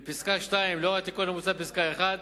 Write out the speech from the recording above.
לפסקה (2): לאור התיקון המוצע בפסקה (1),